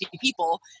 people